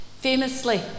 Famously